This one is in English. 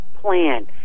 plan